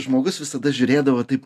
žmogus visada žiūrėdavo taip